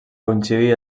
coincidir